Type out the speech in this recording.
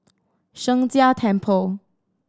Sheng Jia Temple